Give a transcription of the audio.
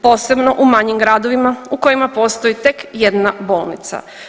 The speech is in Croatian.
Posebno u manjim gradovima u kojima postoji tek jedna bolnica.